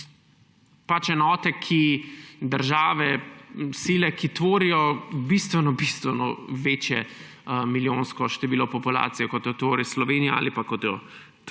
so enote, države, sile, ki tvorijo bistveno bistveno večje milijonsko število populacije, kot ga tvori Slovenija ali pa kot ga tvori